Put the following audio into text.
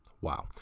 wow